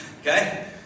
Okay